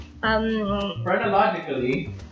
Chronologically